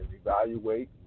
evaluate